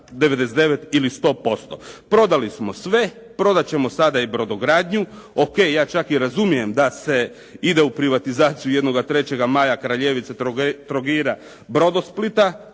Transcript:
99 ili 100%. Prodali smo sve, prodat ćemo sada i brodogradnju. O.k. ja čak i razumijem da se ide u privatizaciju jednoga "3. maja", Kraljevice, Trogira, Brodosplita,